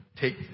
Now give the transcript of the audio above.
take